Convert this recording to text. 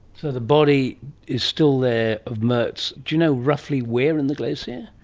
so the body is still there, of mertz. do you know roughly where in the glacier? yeah